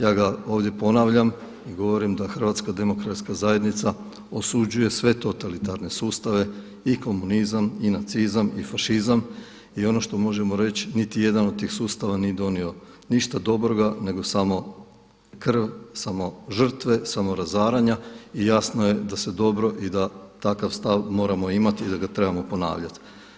Ja ga ovdje ponavljam i govorim da HDZ osuđuje sve totalitarne sustave i komunizam, i nacizam, i fašizam i ono što možemo reći niti jedan od tih sustava nije donio ništa dobroga nego samo krv, samo žrtve, samo razaranja i jasno je da se dobro i da takav stav moramo imati i da ga trebamo ponavljati.